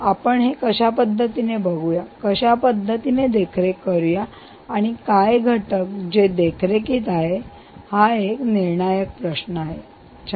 आपण हे कश्या पद्धतीने बघूया कशा पद्धतीने देखरेख करूया आणि काय घटक आहे जे देखरेखीत आहेत हा एक निर्णायक प्रश्न आहे छान